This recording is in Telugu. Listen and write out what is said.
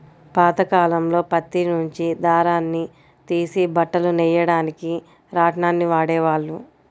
పాతకాలంలో పత్తి నుంచి దారాన్ని తీసి బట్టలు నెయ్యడానికి రాట్నాన్ని వాడేవాళ్ళు